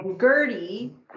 Gertie